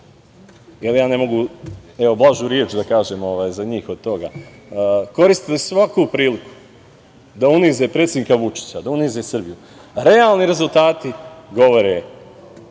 jer ja ne mogu blažu reč da kažem za njih od toga, koristili svaku priliku da unize predsednika Vučića, da unize Srbiju, realni rezultati govore u